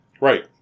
Right